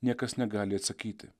niekas negali atsakyti